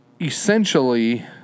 essentially